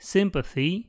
Sympathy